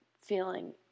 feeling